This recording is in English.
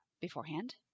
beforehand